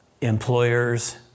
employers